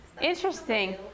interesting